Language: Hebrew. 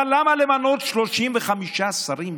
אבל למה למנות 35 שרים,